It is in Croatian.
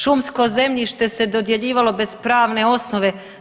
Šumsko zemljište se dodjeljivalo bez pravne osnove.